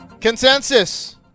Consensus